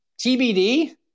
TBD